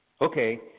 Okay